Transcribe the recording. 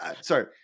sorry